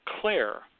Claire